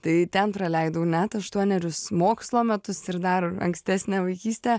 tai ten praleidau net aštuonerius mokslo metus ir dar ankstesnę vaikystę